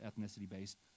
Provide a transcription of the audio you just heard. ethnicity-based